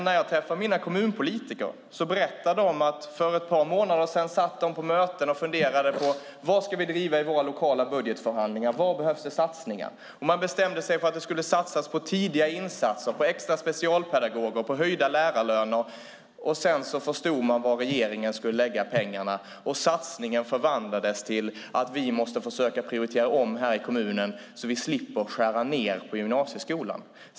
När jag träffar mina kommunpolitiker berättar de att de för ett par månader sedan satt på möten och funderade: Vad ska vi driva i våra lokala budgetförhandlingar? Var behövs det satsningar? Man bestämde sig för att det skulle satsas på tidiga insatser, på extra specialpedagoger och på höjda lärarlöner. Sedan förstod man var regeringen skulle lägga pengarna, och satsningen förvandlades. Nu sade man: Vi måste försöka prioritera om i kommunen så att vi slipper skära ned på gymnasieskolan.